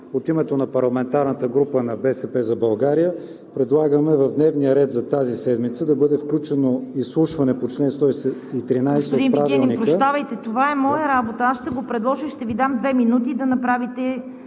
от името на парламентарната група на „БСП за България“ предлагаме в дневния ред за тази седмица да бъде включено изслушване по чл. 113 от Правилника...